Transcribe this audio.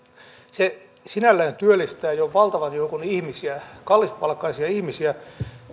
se sinällään työllistää jo valtavan joukon ihmisiä kallispalkkaisia ihmisiä